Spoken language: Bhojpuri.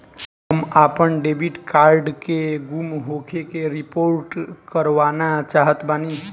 हम आपन डेबिट कार्ड के गुम होखे के रिपोर्ट करवाना चाहत बानी